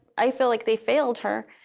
i feel like they failed her.